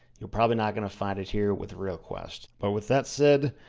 you're probably not gonna find it here with realquest. but with that said,